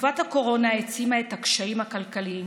תקופת הקורונה העצימה את הקשיים הכלכליים